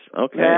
Okay